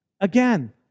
Again